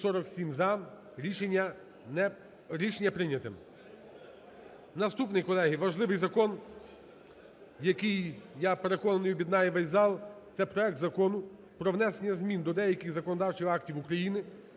Наступний, колеги, важливий закон, який, я переконаний, об'єднає весь зал, це проект Закону про внесення змін до деяких законодавчих актів України